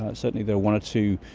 ah certainly there are one or two,